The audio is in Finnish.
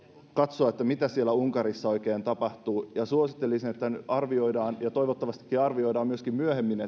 katsoa mitä siellä unkarissa oikein tapahtuu ja suosittelisin että arvioidaan ja toivottavastikin arvioidaan myöskin myöhemmin